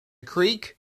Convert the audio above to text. creek